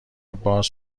باز